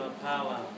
power